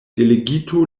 delegito